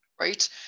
right